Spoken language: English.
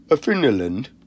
Finland